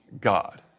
God